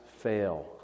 fail